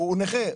הוא נכה.